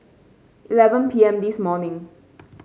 eleven P M this morning